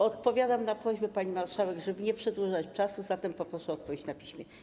Odpowiadam na prośbę pani marszałek, żeby nie przedłużać czasu, zatem poproszę o odpowiedź na piśmie.